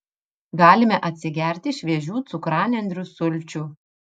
galime atsigerti šviežių cukranendrių sulčių